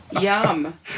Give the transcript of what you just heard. Yum